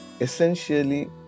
essentially